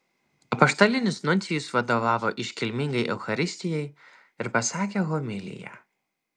apaštalinis nuncijus vadovavo iškilmingai eucharistijai ir pasakė homiliją